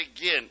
again